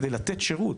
כדי לתת שירות.